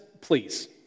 please